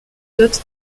dote